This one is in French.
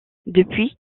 depuis